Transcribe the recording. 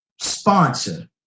sponsor